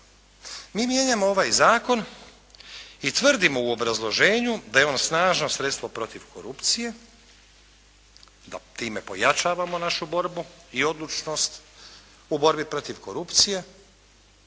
Mi mijenjamo ovaj zakon i tvrdimo u obrazloženju da je on snažno sredstvo protiv korupcije, da time pojačavamo našu borbu i odlučnost u borbi protiv korupcije